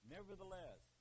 Nevertheless